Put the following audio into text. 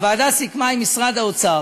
הוועדה סיכמה עם האוצר